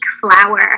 flower